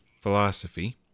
Philosophy